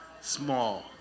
small